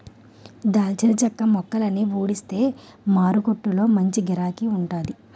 దాల్చిన చెక్క మొక్కలని ఊడిస్తే మారకొట్టులో మంచి గిరాకీ వుంటాది